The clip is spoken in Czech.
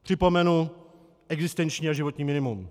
Připomenu existenční a životní minimum.